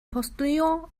postillon